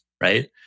right